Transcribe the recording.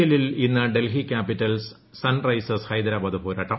എല്ലിൽ ഇന്ന് Delhi capitals sunrisers Hyderabad പോരാട്ടം